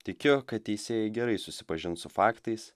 tikiu kad teisėjai gerai susipažins su faktais